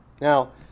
Now